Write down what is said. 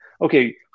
okay